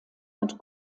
und